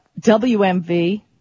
WMV